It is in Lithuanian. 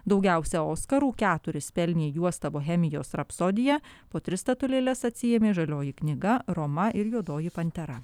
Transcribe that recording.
daugiausiai oskarų keturis pelnė juosta bohemijos rapsodija po tris statulėles atsiėmė žalioji knyga roma ir juodoji pantera